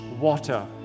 water